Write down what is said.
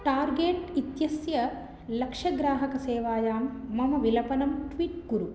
target इत्यस्य लक्षग्राहकसेवायां मम विलपनं ट्विट् कुरु